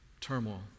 turmoil